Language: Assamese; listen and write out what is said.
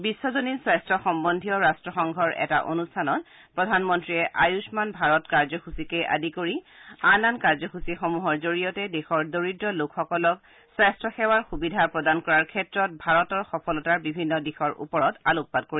বিশ্বজনীন স্বাস্থ্য সম্বদীয় ৰাট্টসংঘৰ এটা অনুষ্ঠানত প্ৰধানমন্ৰীয়ে আয়ুস্মান ভাৰত কাৰ্যসূচীকে আদি কৰি আন কাৰ্যসূচীসমূহৰ জৰিয়তে দেশৰ দৰিদ্ৰ লোকসকলক স্বাস্থ্যসেৱাৰ সুবিধা প্ৰদান কৰাৰ ক্ষেত্ৰত ভাৰতৰ সফলতাৰ বিভিন্ন দিশৰ ওপৰত আলোকপাত কৰিব